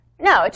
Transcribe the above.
No